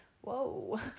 whoa